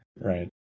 Right